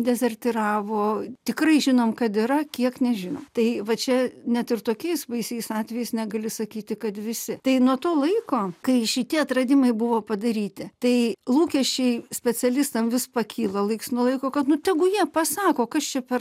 dezertyravo tikrai žinom kad yra kiek nežinom tai va čia net ir tokiais baisiais atvejais negali sakyti kad visi tai nuo to laiko kai šitie atradimai buvo padaryti tai lūkesčiai specialistam vis pakyla laiks nuo laiko kad nu tegu jie pasako kas čia per